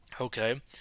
okay